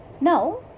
Now